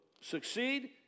succeed